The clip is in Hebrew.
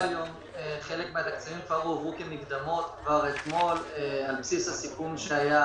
חלק מהתקציבים הועברו כמקדמות כבר אתמול על בסיס הסיכום שהיה